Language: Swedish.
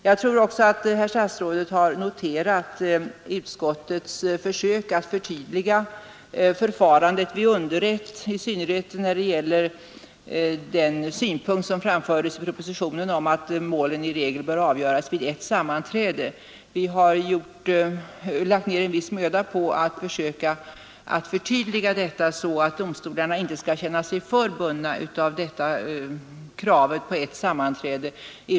Jag tror också att statsrådet har noterat utskottets försök att göra ett förtydligande när det gäller förfarandet vid underrätt, i synnerhet i fråga om propositionens synpunkter att målen i regel bör avgöras vid ett sammanträde. Vi har lagt ner en viss möda på att försöka förtydliga detta, så att domstolarna inte skall känna sig alltför bundna av kravet på ett sammanträde.